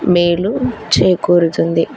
మేలు చేకూరుతుంది